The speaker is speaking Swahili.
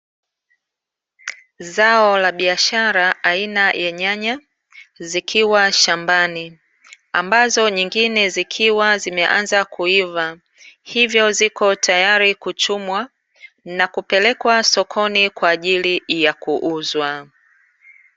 Zao la biashara aina ya nyanya, zikiwa shambani. Ambazo nyingine zikiwa zimeanza kuiva, hivyo ziko tayari kuchumwa na kupelekwa sokoni kwa ajili ya kuuzwa.